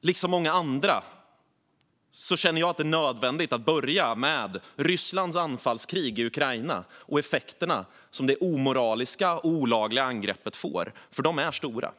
Liksom många andra känner jag att det är nödvändigt att börja med Rysslands anfallskrig i Ukraina och de effekter som det omoraliska och olagliga angreppet får, för de är stora.